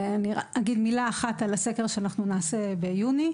אני אגיד מילה אחת על הסקר שאנחנו נעשה ביוני: